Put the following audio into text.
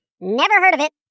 never-heard-of-it